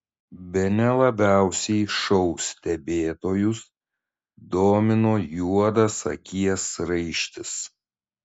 bene labiausiai šou stebėtojus domino juodas akies raištis